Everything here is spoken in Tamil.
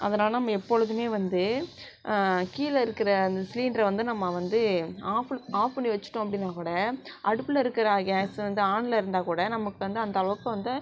அதனால நம்ம எப்பொழுதுமே வந்து கீழே இருக்கிற சிலிண்டரை வந்து நம்ம வந்து ஆஃப் ஆஃப் பண்ணி வச்சுட்டோம் அப்படின்னா கூட அடுப்பில் இருக்கிற கேஸ் வந்து ஆனில் இருந்தால் கூட நமக்கு வந்து அந்தளவுக்கு வந்து